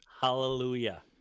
Hallelujah